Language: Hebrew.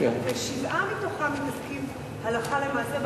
ושבעה מתוכם מתעסקים הלכה למעשה,